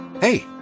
Hey